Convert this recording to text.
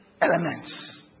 elements